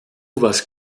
was